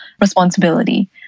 responsibility